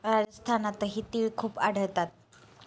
राजस्थानातही तिळ खूप आढळतात